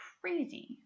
crazy